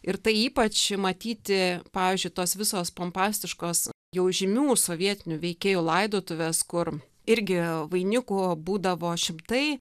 ir tai ypač matyti pavyzdžiui tos visos pompastiškos jau žymių sovietinių veikėjų laidotuvės kur irgi vainikų būdavo šimtai